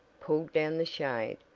pulled down the shade,